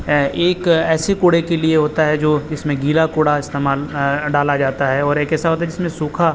ایک ایسے کوڑے کے لیے ہوتا ہے جو جس میں گیلا کوڑا استعمال ڈالا جاتا ہے اور ایک ایسا ہوتا ہے جس میں سوکھا